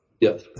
Yes